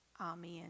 amen